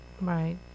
Right